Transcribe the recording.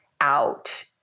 out